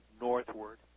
northward